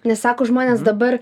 nes sako žmonės dabar